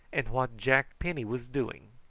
and what jack penny was doing.